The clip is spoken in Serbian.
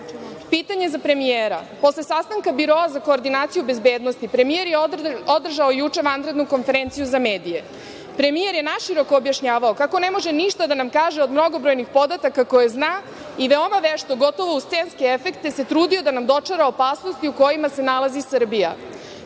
stvari? Pitanje za premijera: Posle sastanka Biroa za koordinaciju bezbednosti, premijer je održao juče vanrednu konferenciju za medije. Premijer je naširoko objašnjavao kako ne može ništa da nam kaže od mnogobrojnih podataka koje zna i veoma vešto, gotovo uz scenske efekte, se trudio da nam dočara opasnosti u kojima se nalazi Srbija,